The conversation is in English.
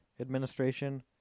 Administration